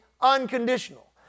unconditional